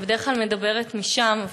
אני בדרך כלל מדברת משם,